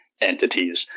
entities